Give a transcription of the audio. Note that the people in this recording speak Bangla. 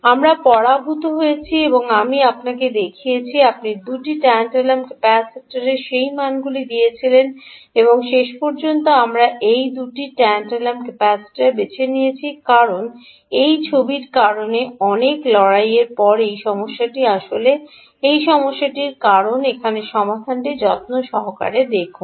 আমরা সমাধান নিয়েছি এবং আমি আপনাকে দেখিয়েছি আপনি দুটি ট্যানটালাম ক্যাপাসিটরের সেই মানগুলি দিয়েছিলেন এবং শেষ পর্যন্ত আমরা এই দুটি এই দুটি ট্যানটালাম ক্যাপাসিটর বেছে নিয়েছি কারণ এই ছবির কারণে অনেক লড়াইয়ের পরে এই সমস্যাটি আসলে এই সমস্যাটি নয় কারণ এখানে সমাধানটি যত্ন সহকারে দেখুন